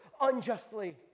unjustly